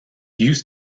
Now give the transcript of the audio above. used